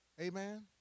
Amen